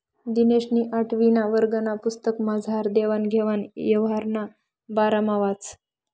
दिनेशनी आठवीना वर्गना पुस्तकमझार देवान घेवान यवहारना बारामा वाचं